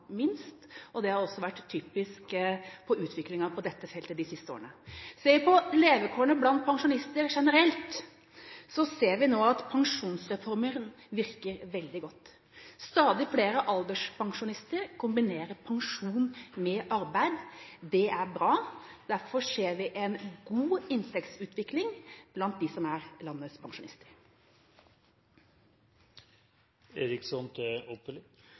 minst. Det har også vært typisk for utviklingen på dette feltet de siste årene. Ser vi på levekårene blant pensjonister generelt, ser vi nå at pensjonsreformen virker veldig godt. Stadig flere alderspensjonister kombinerer pensjon med arbeid – det er bra. Derfor ser vi en god inntektsutvikling blant dem som er landets pensjonister.